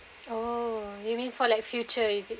oh you mean for like future is it